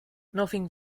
nothing